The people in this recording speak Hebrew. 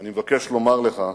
אני מבקש לומר לך: